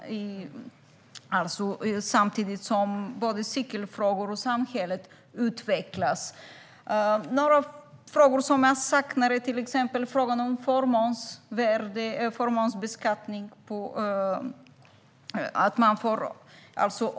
Både cykelfrågor och samhället utvecklas. Jag saknar till exempel frågan om förmånsbeskattning.